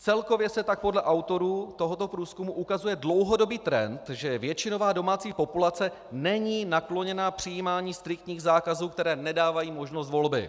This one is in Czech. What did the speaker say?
Celkově se tak podle autorů tohoto průzkumu ukazuje dlouhodobý trend, že většinová domácí populace není nakloněna přijímání striktních zákazů, které nedávají možnost volby.